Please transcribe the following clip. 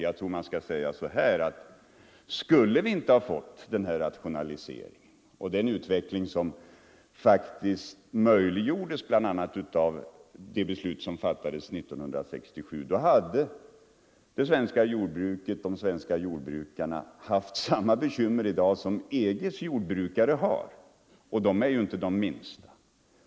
Jag tror att man bör säga så här: Skulle vi inte ha fått den rationalisering och den utveckling som faktiskt möjliggjordes bland annat av det beslut som fattades 1967, så hade de svenska jordbrukarna haft samma bekymmer i dag som EG:s jordbrukare har, och de bekymren är ju inte små.